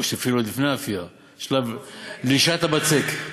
או שאפילו עוד לפני האפייה, שלב לישת הבצק.